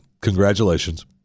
congratulations